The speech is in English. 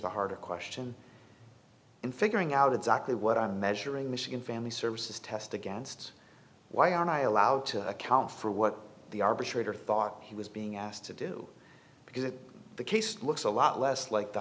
the harder question in figuring out exactly what i'm measuring michigan family services test against why aren't i allowed to account for what the arbitrator thought he was being asked to do because if the case looks a lot less like the